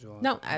No